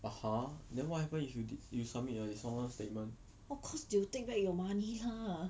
of course they will take back your money lah